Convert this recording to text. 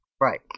Right